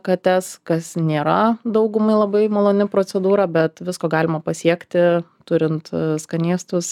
kates kas nėra daugumai labai maloni procedūra bet visko galima pasiekti turint skanėstus